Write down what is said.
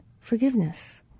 forgiveness